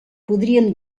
podríem